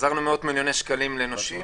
והחזרנו עשרות מיליוני שקלים לנושים.